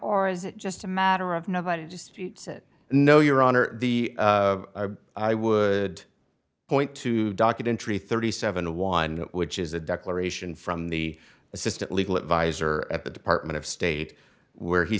or is it just a matter of nobody just shoots it no your honor the i would point to documentary thirty seven one which is a declaration from the assistant legal adviser at the department of state where he